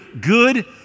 good